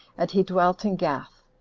and he dwelt in gath.